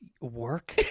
Work